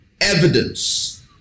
evidence